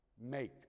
make